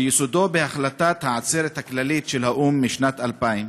שיסודו בהחלטת העצרת הכללית של האו"ם משנת 2000,